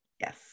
Yes